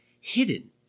hidden